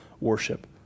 worship